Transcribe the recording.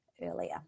earlier